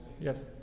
yes